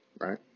right